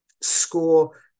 score